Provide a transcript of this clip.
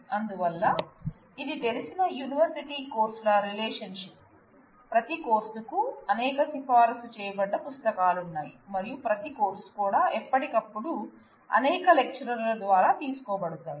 అందువల్ల ఇది తెలిసిన యూనివర్సిటీ కోర్సుల రిలేషన్షిప్ ప్రతి కోర్సుకు అనేక సిఫారసు చేయబడ్డ పుస్తకాలున్నాయి మరియు ప్రతి కోర్సు కూడా ఎప్పటికప్పుడు అనేక లెక్చరర్లు ద్వారా తీసుకోబడతాయి